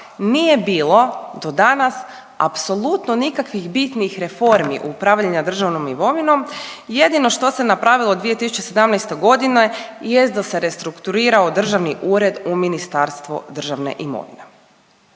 nije bilo do danas apsolutno nikakvih bitnih reformi upravljanja državnom imovinom jedino što se napravilo 2017. godine jest da se restrukturirao državni ured u Ministarstvo državne imovine.